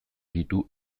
ditu